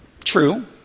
True